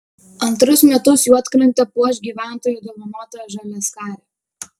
antrus metus juodkrantę puoš gyventojų dovanota žaliaskarė